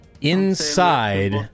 inside